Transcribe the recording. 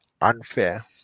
unfair